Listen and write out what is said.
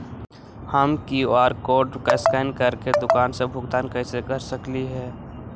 हम QR code scan करके दुकान में भुगतान कैसे कर सकली हे?